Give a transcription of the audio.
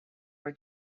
were